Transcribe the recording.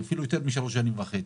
אפילו לפני יותר משלוש שנים וחצי.